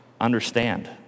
understand